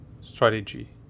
strategy